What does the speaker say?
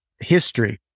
history